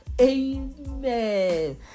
Amen